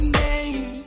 name